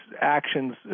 actions